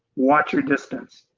watch your distance.